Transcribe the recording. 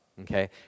okay